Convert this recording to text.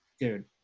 Dude